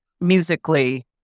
musically